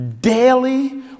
daily